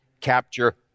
capture